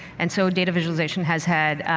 and so data visualization has had